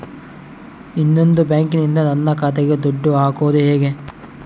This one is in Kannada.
ಇನ್ನೊಂದು ಬ್ಯಾಂಕಿನಿಂದ ನನ್ನ ಖಾತೆಗೆ ದುಡ್ಡು ಹಾಕೋದು ಹೇಗೆ?